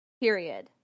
period